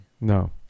No